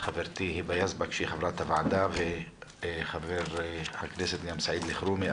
חברתי היבה יזבק שהיא חברת הוועדה ואת חבר הכנסת סעיד אלחרומי,